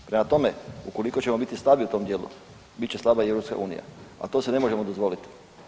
Prema tome, ukoliko ćemo biti slabi u tom dijelu bit će slaba i EU, a to si ne možemo dozvoliti.